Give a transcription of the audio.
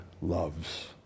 loves